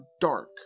dark